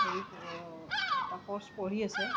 হেৰি এটা কৰ্চ পঢ়ি আছে